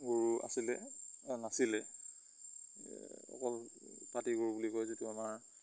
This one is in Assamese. গৰু আছিলে বা নাছিলে এ অকল পাতি গৰু বুলি কয় যিটো আমাৰ